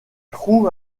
trous